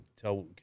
tell